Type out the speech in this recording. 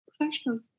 professional